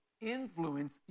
influence